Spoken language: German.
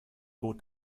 bot